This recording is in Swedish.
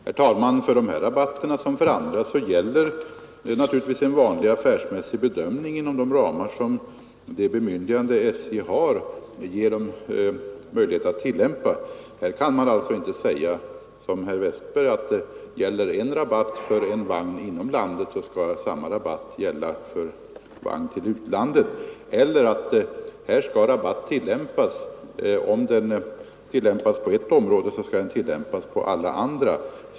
Herr talman! För dessa liksom för andra rabatter gäller naturligtvis en vanlig affärsmässig bedömning inom ramen för det bemyndigande SJ har att tillämpa. Här kan man alltså inte som herr Westberg säga: Gäller en rabatt för en vagn inom landet skall samma rabatt gälla för vagn till utlandet, om rabatt tillämpas på ett område, skall den tillämpas på alla andra områden.